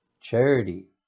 charity